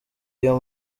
iyo